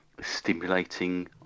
stimulating